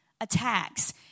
attacks